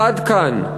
עד כאן,